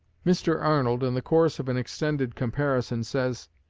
mr. arnold, in the course of an extended comparison, says